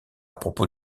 propos